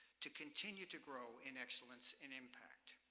to continue to grow in excellence and impact.